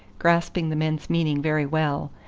grasping the men's meaning very well,